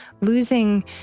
losing